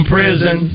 Prison